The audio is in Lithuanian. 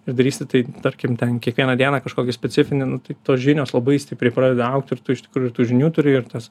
ir darysi tai tarkim ten kiekvieną dieną kažkokį specifinį nu tai tos žinios labai stipriai pradeda augti ir tu iš tikrųjų ir tų žinių turi ir tas